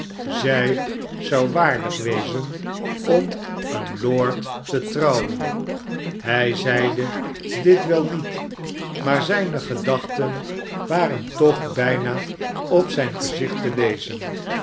zij zou waardig wezen om een lord te trouwen hij zeide dit wel niet maar zijne gedachten waren toch bijna op zijn gezicht te lezen